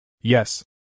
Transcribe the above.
Yes